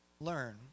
learn